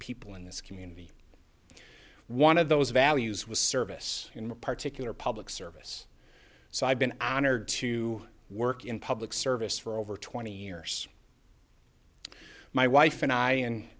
people in this community one of those values was service in more particularly public service so i've been honored to work in public service for over twenty years my wife and i